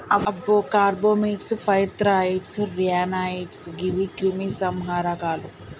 అబ్బో carbamates, pyrethroids, ryanoids గీవి క్రిమి సంహారకాలు